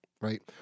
right